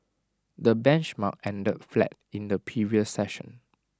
the benchmark ended flat in the previous session